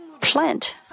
plant